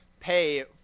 pay